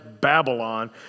Babylon